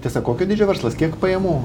tiesa kokio dydžio verslas kiek pajamų